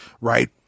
right